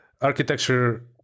architecture